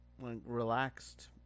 relaxed